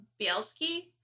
Bielski